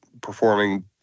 performing